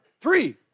Three